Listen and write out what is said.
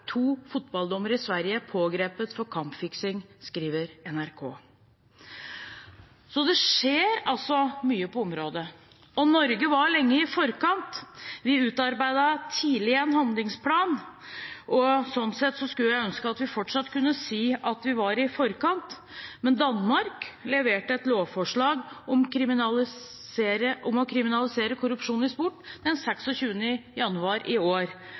pågrepet for kampfiksing» i Sverige. Så det skjer altså mye på området. Og Norge var lenge i forkant. Vi utarbeidet tidlig en handlingsplan. Sånn sett skulle jeg ønske at vi fortsatt kunne si at vi var i forkant, men Danmark leverte et lovforslag om å kriminalisere korrupsjon i sport den 26. januar i år,